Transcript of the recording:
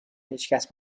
هیچکس